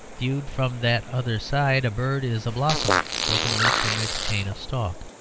viewed from that other side, a bird is a blossom broken loose from its chain of stalk,